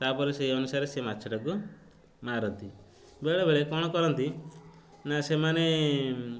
ତା'ପରେ ସେହି ଅନୁସାରେ ସେ ମାଛଟାକୁ ମାରନ୍ତି ବେଳେବେଳେ କ'ଣ କରନ୍ତି ନା ସେମାନେ